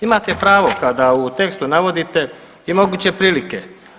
Imate pravo kada u tekstu navodite i moguće prilike.